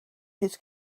his